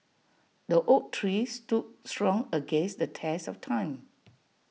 the oak tree stood strong against the test of time